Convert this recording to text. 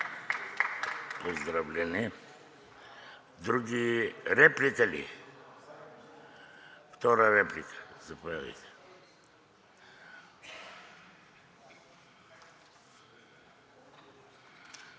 Поздравление. Други? Реплика ли? Втора реплика